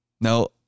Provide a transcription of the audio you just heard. Now